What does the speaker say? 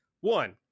One